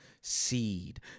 seed